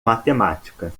matemática